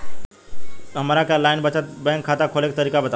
हमरा के online बचत बैंक खाता खोले के तरीका बतावल जाव?